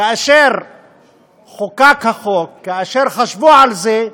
כאשר חוקק החוק, כאשר חשבו על זה,